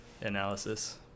analysis